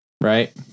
Right